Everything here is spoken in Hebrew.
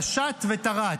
תש"ת ותר"ת,